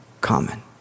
common